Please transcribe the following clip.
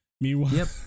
meanwhile